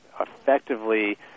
effectively